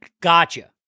Gotcha